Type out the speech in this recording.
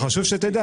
חשוב שתדע.